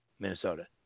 Minnesota